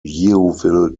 yeovil